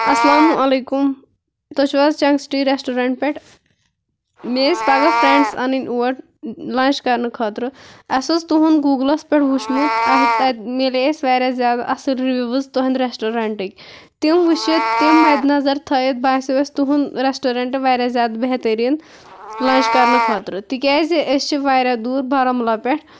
السلامُ علیکُم تُہۍ چھُو حظ چَنٛک سِٹی رٮ۪سٹورٮ۪نٹ پٮ۪ٹھ مےٚ ٲسۍ پَگاہ فرٛینڈٕز اَنٕنۍ اور لنٛچ کَرنہٕ خٲطرٕ اَسہِ اوس تُہُنٛد گوٗگلَس پٮ۪ٹھ وٕچھمُت اَہ تَتہِ مِلے اَسہِ واریاہ زیادٕ اصِل رِوِوٕز تُہٕنٛدِ رٮ۪سٹورٮ۪نٹٕکۍ تِم وٕچھِتھ تِم مدِ نظر تھٲوِتھ باسیو اَسہِ تُہُنٛد رٮ۪سٹورٮ۪نٛٹ واریاہ زیادٕ بہتریٖن لنٛچ کَرنہٕ خٲطرٕ تِکیازِ أسۍ چھِ واریاہ دوٗر بارہمولہ پٮ۪ٹھ